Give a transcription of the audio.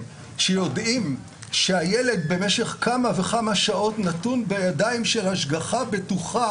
אתה יודע למה ראש רשות הוא לא נבחר ציבור?